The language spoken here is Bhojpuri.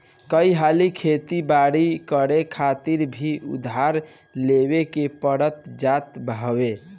कई हाली खेती बारी करे खातिर भी उधार लेवे के पड़ जात हवे